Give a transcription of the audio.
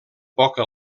poca